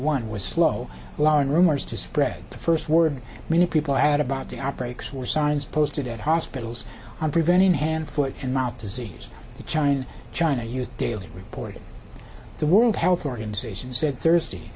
one was slow lauren rumors to spread the first word many people had about the operates were signs posted at hospitals on preventing hand foot and mouth disease china china used daily report the world health organization said thursday